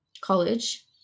College